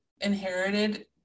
inherited